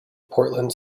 portland